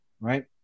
Right